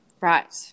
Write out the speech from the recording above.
Right